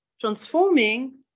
transforming